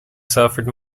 suffered